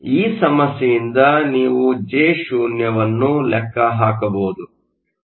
ಈ ಸಮಸ್ಯೆಯಿಂದ ನೀವು Jo ಅನ್ನು ಲೆಕ್ಕ ಹಾಕಬಹುದು